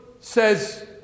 says